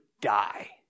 die